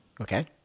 Okay